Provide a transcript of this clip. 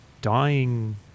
dying